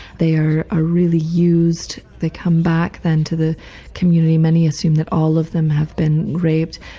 they are ah really used, they come back then to the community, many assume that all of them have been raped,